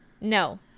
No